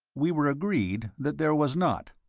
we were agreed that there was not.